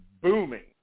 booming